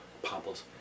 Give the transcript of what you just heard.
popples